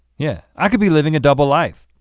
yeah. i could be living a double life.